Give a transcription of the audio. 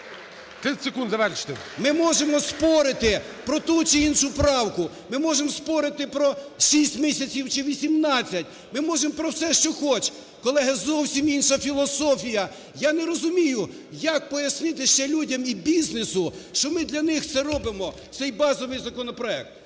Ми можемо спорити про ту чи іншу правку, ми можемо спорити про 6 місяців чи 18, ми можемо про все, що хоч. Колеги, зовсім інша філософія. Я не розумію, як пояснити ще людям і бізнесу, що ми для них це робимо, цей базовий законопроект.